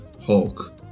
Hulk